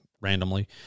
Randomly